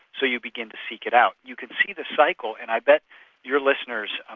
so you begin to seek it out. you can see the cycle and i bet your listeners, um